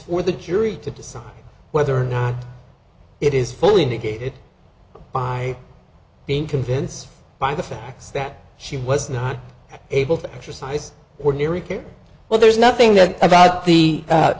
for the jury to decide whether it is fully negated by being convinced by the fact that she was not able to exercise ordinary care well there's nothing that about the